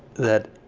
that